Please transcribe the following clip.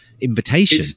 invitation